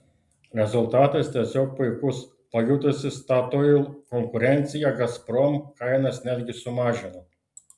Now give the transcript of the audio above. rezultatas tiesiog puikus pajutusi statoil konkurenciją gazprom kainas netgi sumažino